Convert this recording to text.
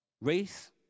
race